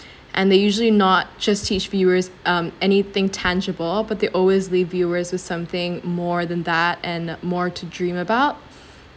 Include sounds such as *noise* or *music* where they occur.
*breath* and they usually not just teach viewers um anything tangible but they always leave viewers with something more than that and more to dream about